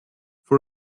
for